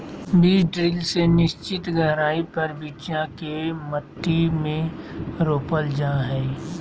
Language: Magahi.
बीज ड्रिल से निश्चित गहराई पर बिच्चा के मट्टी में रोपल जा हई